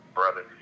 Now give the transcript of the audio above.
brother